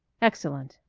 excellent.